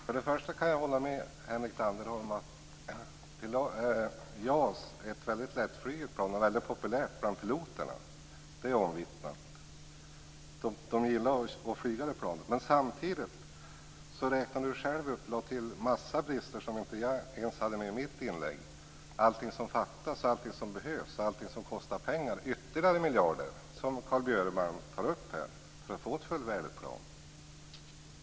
Fru talman! Jag vill börja med att hålla med Henrik Landerholm om att JAS Gripen är ett väldigt lättfluget plan, som är populärt bland piloterna. Det är omvittnat att de gillar att flyga med planet. Men Henrik Landerholm räknade upp en massa brister som jag själv inte hade med i mitt inlägg: sådant som fattas, sådant som behövs och sådant som kostar ytterligare miljarder, som Carl Björeman tar upp här, för att vi skall få ett färdigt plan.